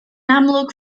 amlwg